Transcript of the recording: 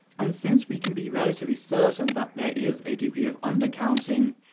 and since we can be relatively certain that there is a degree of undercounting,